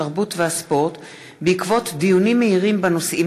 התרבות והספורט בעקבות דיונים מהירים בנושאים